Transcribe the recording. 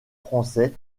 français